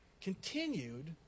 continued